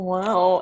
Wow